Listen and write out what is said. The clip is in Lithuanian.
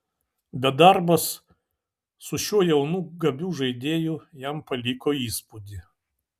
bet darbas su šiuo jaunu gabiu žaidėju jam paliko įspūdį